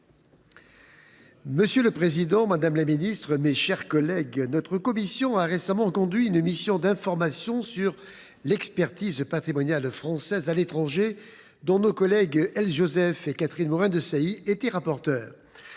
Monsieur le président, madame la ministre, mes chers collègues, notre commission a récemment conduit une mission d’information sur l’expertise patrimoniale française à l’étranger, dont nos collègues Else Joseph et Catherine Morin Desailly étaient les rapporteures.